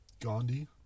Gandhi